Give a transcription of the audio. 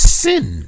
sin